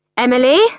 Emily